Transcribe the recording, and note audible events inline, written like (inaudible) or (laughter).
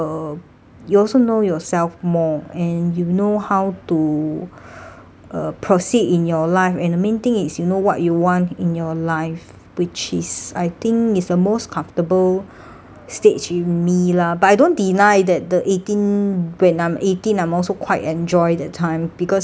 you also know yourself more and you know how to uh proceed in your life and the main thing is you know what you want in your life which is I think is a most comfortable stage with me lah but I don't deny that the eighteen when I'm eighteen I'm also quite enjoy the time because (noise)